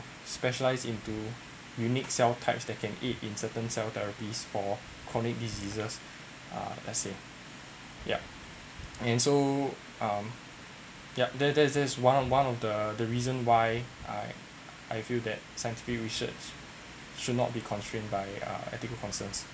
specialised into unique cell types that can eat in certain cell therapies for chronic diseases uh that said yup and so um yup there there there's this one one of the the reason why I I feel that scientific research should not be constrained by uh ethical concerns